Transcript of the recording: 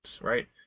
right